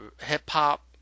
hip-hop